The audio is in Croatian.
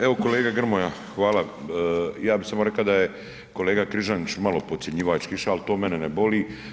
Evo kolega Grmoja, hvala ja bi samo reka da je kolega Križanić malo podcjenjivački iša, ali to mene ne boli.